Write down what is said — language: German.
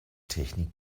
technik